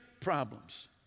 problems